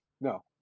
no